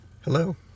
Hello